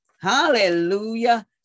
Hallelujah